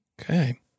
Okay